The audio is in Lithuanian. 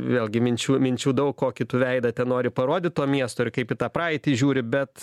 vėlgi minčių minčių daug kokį tu veidą ten nori parodyt to miesto ir kaip į tą praeitį žiūri bet